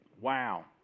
Wow